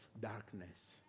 darkness